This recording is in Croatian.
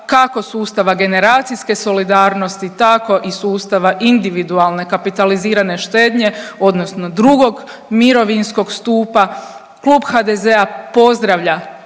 kako sustava generacijske solidarnosti, tako i sustava individualne kapitalizirane štednje, odnosno drugog mirovinskog stupa. Klub HDZ-a pozdravlja